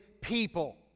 people